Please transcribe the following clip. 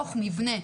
בתוך מבנה.